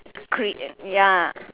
ya